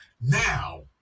now